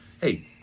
Hey